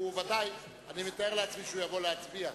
הוא בבית, אני מתאר לעצמי שהוא יבוא להצביע.